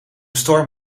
storm